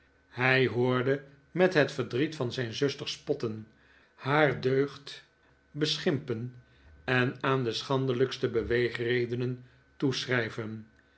hij hoorde met het verdriet van zijn zuster spotten haar deugd beschimpen en aan de schandelijkste